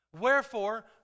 wherefore